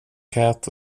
cat